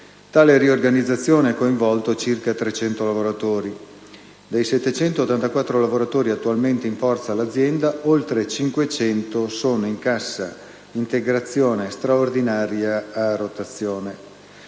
Tale riorganizzazione ha coinvolto circa 300 lavoratori. Dei 684 lavoratori attualmente in forza all'azienda, oltre 500 sono in cassa integrazione straordinaria, a rotazione.